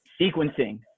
sequencing